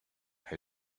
how